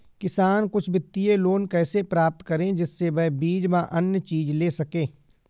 किसान कुछ वित्तीय लोन कैसे प्राप्त करें जिससे वह बीज व अन्य चीज ले सके?